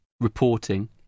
reporting